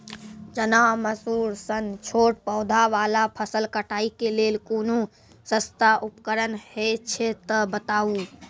चना, मसूर सन छोट पौधा वाला फसल कटाई के लेल कूनू सस्ता उपकरण हे छै तऽ बताऊ?